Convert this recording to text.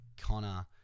Connor